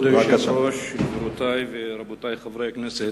כבוד היושב-ראש, גבירותי ורבותי חברי הכנסת,